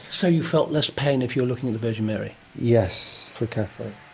so you felt less pain if you were looking at the virgin mary? yes, for catholics.